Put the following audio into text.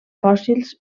fòssils